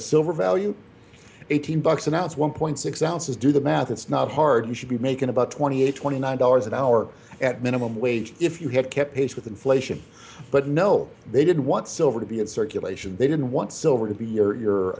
a silver value eighteen bucks an ounce one point six ounces do the math it's not hard you should be making about twenty eight twenty nine dollars an hour at minimum wage if you had kept pace with inflation but no they didn't want silver to be in circulation they didn't want silver to be your your